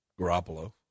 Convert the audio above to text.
Garoppolo